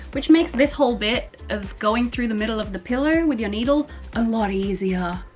which makes this whole bit of going through the middle of the pillow with your needle a lot easier.